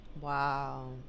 wow